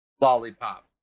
lollipop